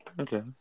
Okay